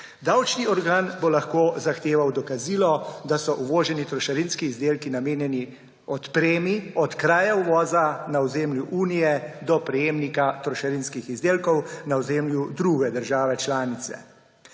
Davčni organ bo lahko zahteval dokazilo, da so uvoženi trošarinski izdelki namenjeni odpremi od kraja uvoza na ozemlju Unije do prejemnika trošarinskih izdelkov na ozemlju druge države članice.